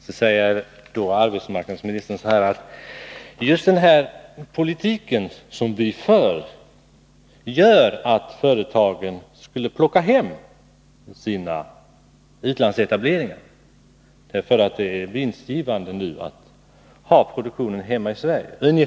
Då sade arbetsmarknadsministern ungefär följande: Just den politik som vi för gör att företagen plockar hem sina utlandsetableringar därför att det nu är vinstgivande att ha produktionen hemma i Sverige.